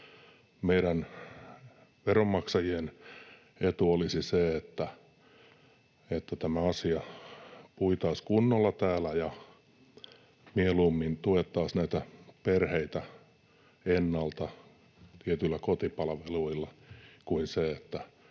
Meidän veronmaksajien etu olisi se, että tämä asia puitaisiin kunnolla täällä ja mieluummin tuettaisiin näitä perheitä ennalta tietyillä kotipalveluilla kuin otetaan